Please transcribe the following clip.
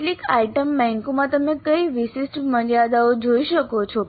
કેટલીક આઇટમ બેંકોમાં તમે કઈ વિશિષ્ટ મર્યાદાઓ જોઈ શકો છો